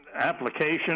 application